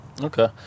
Okay